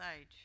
age